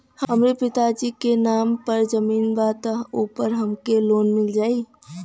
हमरे पिता जी के नाम पर जमीन बा त ओपर हमके लोन मिल जाई?